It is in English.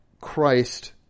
Christ